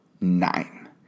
Nine